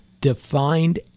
defined